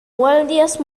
guardias